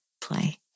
play